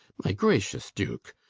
my gracious duke,